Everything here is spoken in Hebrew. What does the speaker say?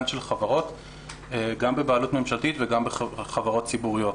של חברות גם בבעלות ממשלתית וגם בחברות ציבוריות.